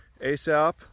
ASAP